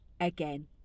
again